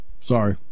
Sorry